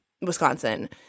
Wisconsin